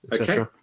Okay